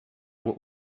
what